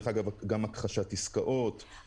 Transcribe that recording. כולל גם הכחשת עסקאות,